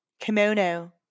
kimono